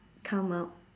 come out